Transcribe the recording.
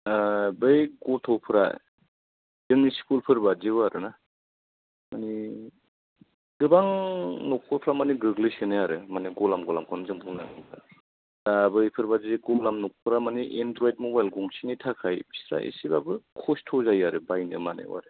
बै गथ'फ्रा जोंनि स्कुलफोर बायदियाव आरो ना मानि गोबां नख'रफ्रा मानि गोग्लैसोनाय आरो मानि गलाम गलामखौनो जों बुंनांगोन दा दा बैफोर बायदि गलाम नख'रा मानि एनद्रयड मबाइल गंसेनि थाखाय बिस्रा एसेबाबो खस्थ' जायो आरो बायनो मानायाव आरो